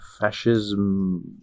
Fascism